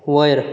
वयर